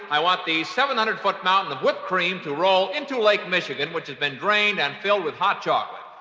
i want the seven hundred foot mountain of whipped cream to roll into lake michigan which has been drained and filled with hot chocolate.